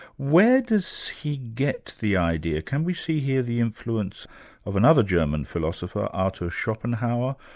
where does he get the idea? can we see here the influence of another german philosopher, arthur schopenhauer,